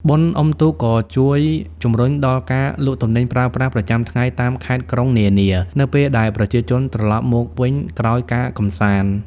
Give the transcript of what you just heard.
បុណ្យអុំទូកក៏ជួយជំរុញដល់ការលក់ទំនិញប្រើប្រាស់ប្រចាំថ្ងៃតាមខេត្តក្រុងនានា នៅពេលដែលប្រជាជនត្រឡប់មកវិញក្រោយការកម្សាន្ត។